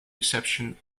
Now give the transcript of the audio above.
exception